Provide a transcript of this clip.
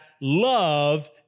love